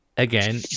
Again